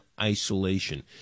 isolation